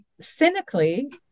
cynically